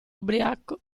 ubriaco